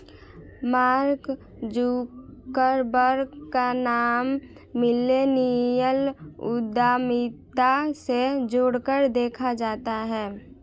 mark Zuckerberg का नाम millennial उद्यमिता से जोड़कर देखा जाता है